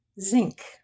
zinc